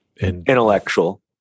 Intellectual